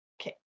Okay